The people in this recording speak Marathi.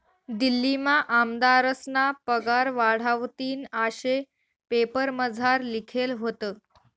दिल्लीमा आमदारस्ना पगार वाढावतीन आशे पेपरमझार लिखेल व्हतं